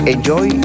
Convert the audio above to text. Enjoy